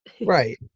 right